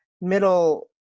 middle